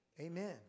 Amen